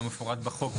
כמפורט בחוק,